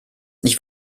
ich